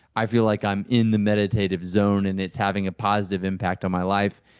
i feel like i'm in the meditative zone and it's having a positive impact on my life.